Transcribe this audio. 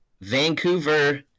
Vancouver